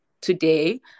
today